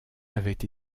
avaient